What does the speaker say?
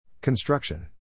Construction